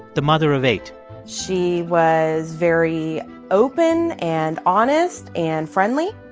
the mother of eight she was very open and honest and friendly,